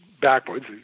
backwards